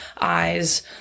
eyes